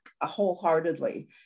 wholeheartedly